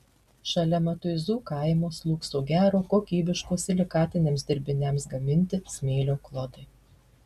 šalia matuizų kaimo slūgso gero kokybiško silikatiniams dirbiniams gaminti smėlio klodai